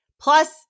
plus